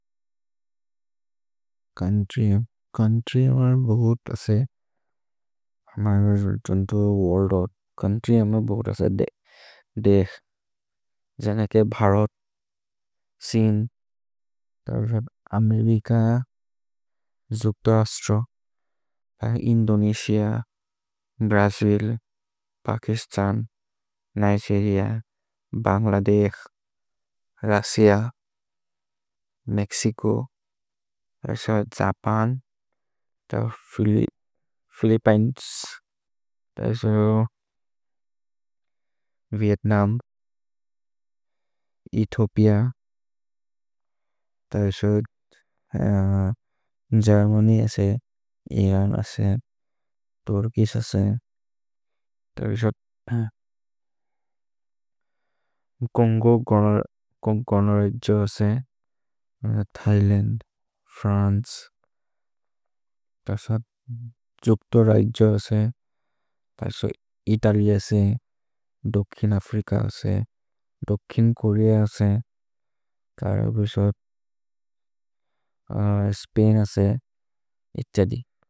Country, country मर् बहुत् असे। मर् मर् जुल्तुन्तु वोर्ल्द् ओउत्। छोउन्त्र्य् मर् बहुत् असे। देक्स्, जनके भ्हरत्, सिन्, तरो सब् अमेरिक, जुल्त छस्त्रो, Indonesia, Brazil, Pakistan, Nigeria, Bangladesh, Russia, Asia, Mexico, Japan, Philippines, Vietnam, Ethiopia, Germany असे, इरन् असे, तुर्किश् असे, तबि सोत् कोन्गो कोनो रज्जो असे, थैलन्द्, फ्रन्चे, तबि सोत् जुक्दो रज्जो असे, तबि सोत् इतल्य् असे, दोकिन् अफ्रिक असे, दोकिन् कोरेअ असे, तबि सोत् स्पैन् असे, इतल्य्।